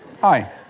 Hi